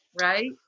right